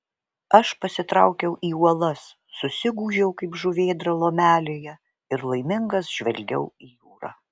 aš pasitraukiau į uolas susigūžiau kaip žuvėdra lomelėje ir laimingas žvelgiau į jūrą